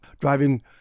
driving